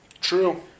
true